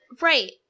right